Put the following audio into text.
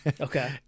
okay